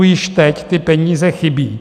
Již teď ty peníze chybí.